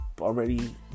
already